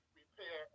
repair